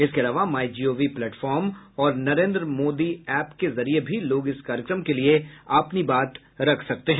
इसके अलावा my G O V platform और नरेन्द्र मोदी एप के जरिये भी लोग इस कार्यक्रम के लिए अपनी बात रख सकते हैं